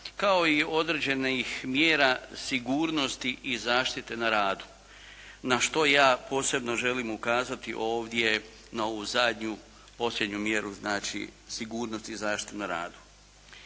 kao i određenih mjera sigurnosti i zaštite na radu na što ja posebno želim ukazati ovdje na ovu zadnju posljednju mjeru, znači sigurnost i zaštitu na radu.